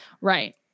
Right